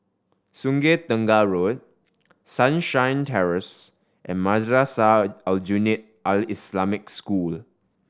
Sungei Tengah Road Sunshine Terrace and Madrasah Aljunied Al Islamic School